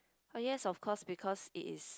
oh yes of course because it is